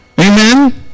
Amen